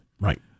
Right